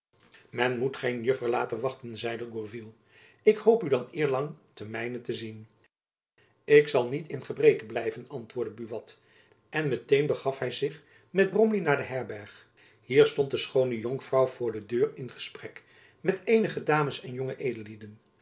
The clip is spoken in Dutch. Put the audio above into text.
men moet geen juffer laten wachten zeide gourville ik hoop u dan eerlang ten mijnent te zien ik zal niet in gebreke blijven antwoordde buat en met een begaf hy zich met bromley naar de herberg hier stond de schoone jonkvrouw voor de deur in gesprek met eenige dames en jonge